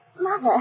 Mother